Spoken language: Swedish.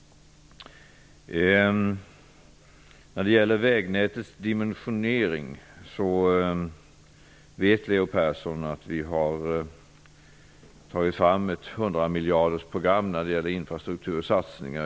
När det gäller vägnätets dimensionering vet Leo Persson att vi har tagit fram ett hundramiljardersprogram på infrastruktursatsningar.